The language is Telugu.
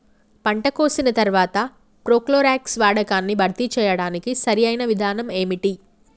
పంట కోసిన తర్వాత ప్రోక్లోరాక్స్ వాడకాన్ని భర్తీ చేయడానికి సరియైన విధానం ఏమిటి?